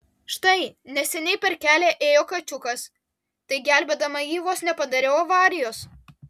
štai neseniai per kelią ėjo kačiukas tai gelbėdama jį vos nepadariau avarijos